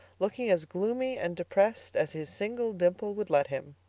looking as gloomy and depressed as his single dimple would let him.